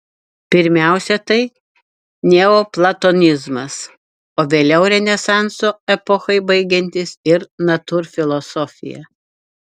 pirmiausia tai neoplatonizmas o vėliau renesanso epochai baigiantis ir natūrfilosofija